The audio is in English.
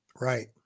Right